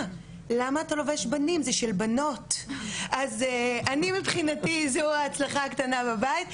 למה אתה לובש בנים זה של בנות" אז אני מבחינתי זו ההצלחה הקטנה בבית,